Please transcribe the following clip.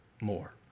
more